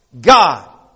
God